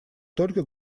только